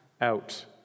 out